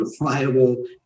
reliable